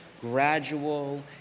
gradual